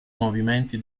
movimenti